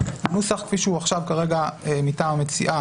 הנוסח כפי שהוא כרגע מטעם המציעה,